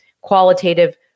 qualitative